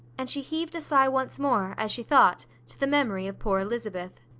and she heaved a sigh once more, as she thought, to the memory of poor elizabeth.